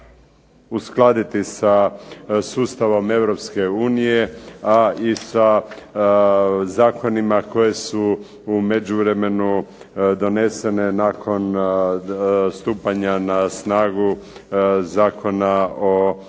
uskladiti sa sustavom Europske unije, a i sa zakonima koji su u međuvremenu doneseni nakon stupanja na snagu Zakona o